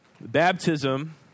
Baptism